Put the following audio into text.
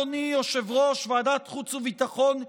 אדוני יושב-ראש ועדת חוץ וביטחון,